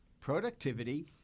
productivity